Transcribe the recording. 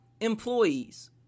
employees